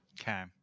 okay